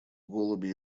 голуби